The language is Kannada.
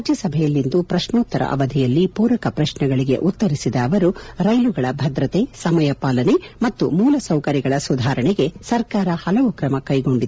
ರಾಜ್ಯಸಭೆಯಲ್ಲಿಂದು ಪ್ರಶ್ನೋತ್ತರ ಅವಧಿಯಲ್ಲಿ ಪೂರಕ ಪ್ರಶ್ನೆಗಳಿಗೆ ಉತ್ತರಿಸಿದ ಅವರು ರೈಲುಗಳ ಭದ್ರತೆ ಸಮಯ ಪಾಲನೆ ಮತ್ತು ಮೂಲಸೌಕರ್ಯಗಳ ಸುಧಾರಣೆಗೆ ಸರ್ಕಾರ ಪಲವು ಕ್ರಮ ಕೈಗೊಂಡಿದೆ ಎಂದು ಹೇಳಿದರು